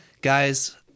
guys